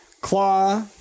Claw